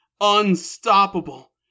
unstoppable